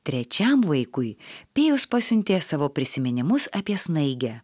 trečiam vaikui pijus pasiuntė savo prisiminimus apie snaigę